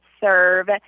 serve